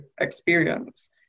experience